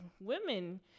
women